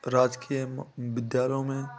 राजकीय विद्यालयों में